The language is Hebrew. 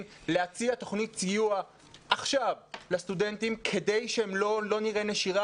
להציע תוכנית סיוע עכשיו לסטודנטים כדי שלא נראה נשירה